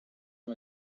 âme